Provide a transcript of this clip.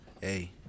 Hey